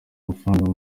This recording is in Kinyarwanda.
amafaranga